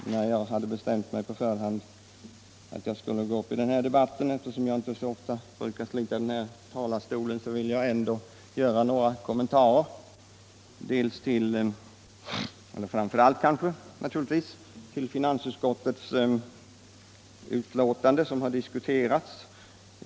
Eftersom jag på förhand hade bestämt mig för att jag skulle gå upp i debatten — jag brukar inte slita den här talarstolen i onödan — så vill jag ändå göra några kommentarer, framför allt naturligtvis i anledning av finansutskottets betänkande nr 16 som här har diskuterats.